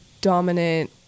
dominant